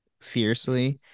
fiercely